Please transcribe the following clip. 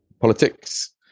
politics